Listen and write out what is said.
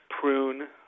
prune